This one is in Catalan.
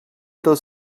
dels